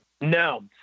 No